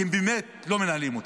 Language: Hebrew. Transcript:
כי הם באמת לא מנהלים אותה.